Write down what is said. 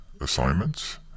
assignments